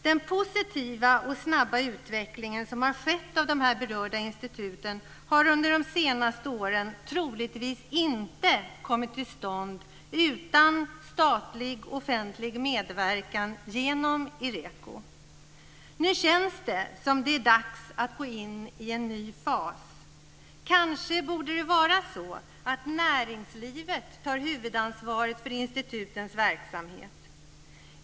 Den positiva och snabba utveckling som har skett av de här berörda instituten under de senaste åren hade troligtvis inte kommit till stånd utan statlig offentlig medverkan genom Ireko. Nu känns det som om det är dags att gå in i en ny fas. Det borde kanske vara så att näringslivet tar huvudansvaret för institutens verksamhet.